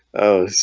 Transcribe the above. oh